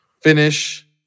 finish